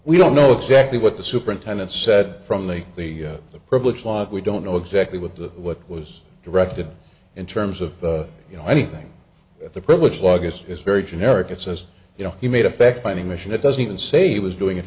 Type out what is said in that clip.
we don't know exactly what the superintendent said from the the the privilege like we don't know exactly what the what was directed in terms of you know anything at the privilege luggages is very generic it says you know he made a fact finding mission it doesn't say he was doing it